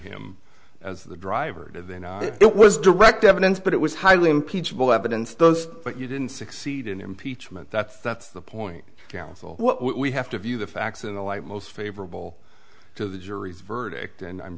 him as the driver did they know it was direct evidence but it was highly impeachable evidence those but you didn't succeed in impeachment that's that's the point counsel what we have to view the facts in the light most favorable to the jury's verdict and i'm